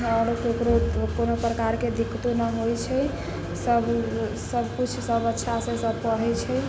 आओर ककरो कोनो प्रकारके दिक्कतो नहि होइ छै सब सबकिछु सब अच्छासँ सब पढ़ै छै